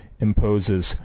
imposes